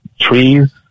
trees